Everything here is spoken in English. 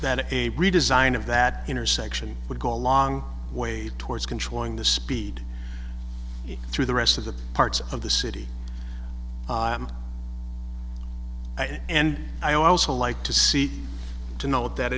is a redesign of that intersection would go a long way towards controlling the speed through the rest of the parts of the city and i also like to see to know that